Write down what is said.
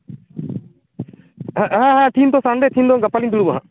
ᱦᱟᱸ ᱦᱟᱸ ᱦᱟᱸ ᱛᱷᱤᱱ ᱫᱚ ᱥᱟᱱᱰᱮ ᱛᱷᱤᱱ ᱫᱚ ᱵᱟᱝ ᱜᱟᱯᱟᱞᱤᱧ ᱰᱩᱲᱩᱵᱚᱜᱼᱟ